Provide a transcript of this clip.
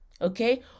okay